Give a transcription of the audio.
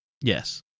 Yes